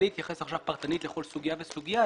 בלי להתייחס עכשיו פרטנית לכל סוגיה וסוגיה,